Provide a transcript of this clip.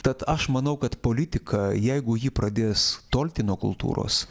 tad aš manau kad politika jeigu ji pradės tolti nuo kultūros